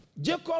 Jacob